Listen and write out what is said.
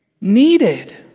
Needed